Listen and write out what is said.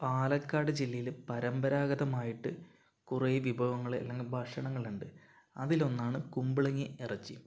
പാലക്കാട് ജില്ലയില് പരമ്പരാഗതമായിട്ട് കുറേ വിഭവങ്ങള് അല്ലെങ്കിൽ ഭക്ഷണങ്ങളുണ്ട് അതിലൊന്നാണ് കുമ്പളങ്ങിയും ഇറച്ചിയും